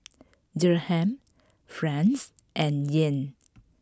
Dirham Franc and Yen